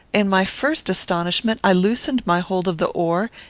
in my first astonishment i loosened my hold of the oar,